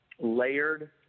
layered